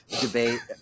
debate